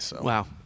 Wow